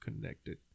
connected